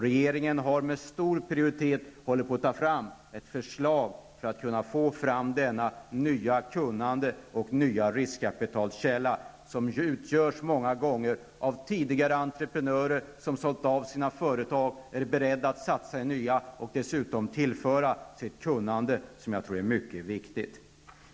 Regeringen har högt prioriterat framtagandet av ett förslag för att få fram detta nya kunnande och denna nya riskkapitalkälla. Detta kapital kommer många gånger från entreprenörer som har sålt av sina företag och som är beredda att satsa i nya och som dessutom vill tillföra sitt kunnande, vilket jag tror är mycket viktigt.